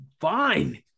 fine